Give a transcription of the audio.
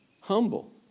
humble